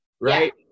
right